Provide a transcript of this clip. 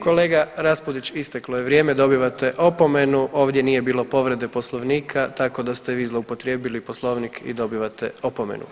Kolega Raspudić, isteklo je vrijeme, dobivate opomenu, ovdje nije bilo povrede Poslovnika, tako da ste vi zloupotrijebili Poslovnik i dobivate opomenu.